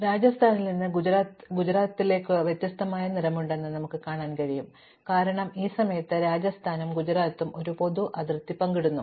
അതിനാൽ രാജസ്ഥാനിൽ നിന്ന് ഗുജറാത്തിൽ നിന്ന് വ്യത്യസ്തമായ നിറമുണ്ടെന്ന് നമുക്ക് കാണാൻ കഴിയും കാരണം ഈ സമയത്ത് രാജസ്ഥാനും ഗുജറാത്തും ഒരു പൊതു അതിർത്തി പങ്കിടുന്നു